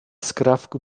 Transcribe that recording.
skrawku